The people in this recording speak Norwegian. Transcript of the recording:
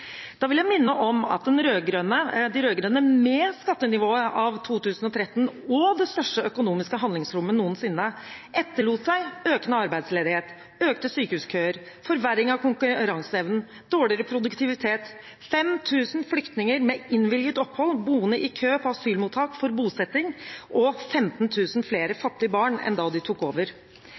Da vil jeg minne om at de rød-grønne med skattenivået av 2013 og det største økonomiske handlingsrommet noensinne etterlot seg økende arbeidsledighet, økte sykehuskøer, forverring av konkurranseevnen, dårligere produktivitet, 5 000 flyktninger med innvilget opphold boende i kø på asylmottak for bosetting og 15 000 flere fattige barn enn da de tok over.